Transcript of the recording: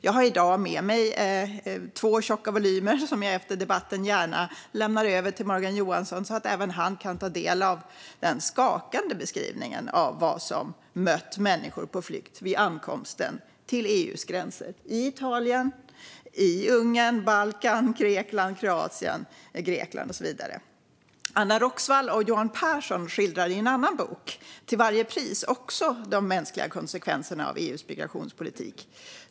Jag har i dag med mig två tjocka volymer, som jag efter debatten gärna överlämnar till Morgan Johansson så att även han kan ta del av den skakande beskrivningen av vad som mött människor på flykt vid ankomsten till EU:s gräns - i Italien, Ungern, Balkan, Kroatien, Grekland och så vidare. Även Anna Roxvall och Johan Persson skildrar i sin bok Till varje pris de mänskliga konsekvenserna av EU:s migrationspolitik.